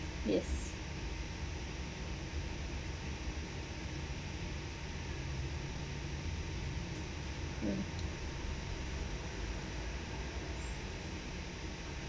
yes mm